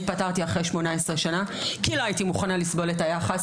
התפטרתי אחרי 18 שנה כי לא הייתי מוכנה לסבול את היחס,